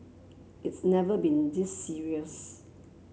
it's never been this serious